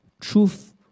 truth